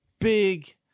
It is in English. big